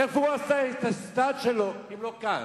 איפה הוא עשה את הסטאז' שלו אם לא כאן?